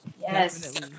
yes